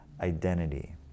identity